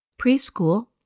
Preschool